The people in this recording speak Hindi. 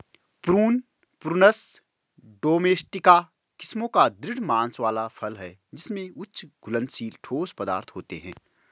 प्रून, प्रूनस डोमेस्टिका किस्मों का दृढ़ मांस वाला फल है जिसमें उच्च घुलनशील ठोस पदार्थ होते हैं